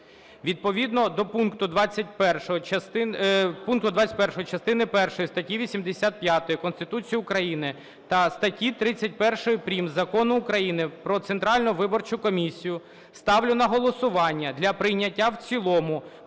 Відповідно до пункту 21 частини першої статті 85 Конституції України та статті 31 прим. Закону України "Про Центральну виборчу комісію" ставлю на голосування для прийняття в цілому